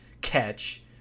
catch